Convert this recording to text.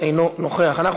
אינה נוכחת,